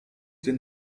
den